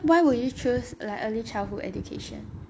why would you choose like early childhood education